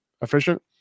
efficient